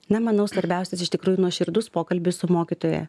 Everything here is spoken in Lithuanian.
na manau svarbiausias iš tikrųjų nuoširdus pokalbis su mokytoja